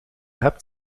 hebt